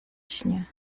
śnie